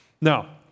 Now